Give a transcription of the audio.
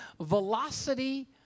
velocity